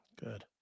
Good